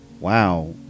wow